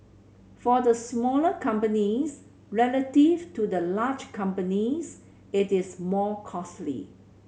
for the smaller companies relative to the large companies it is more costly